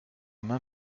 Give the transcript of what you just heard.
main